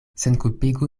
senkulpigu